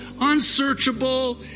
unsearchable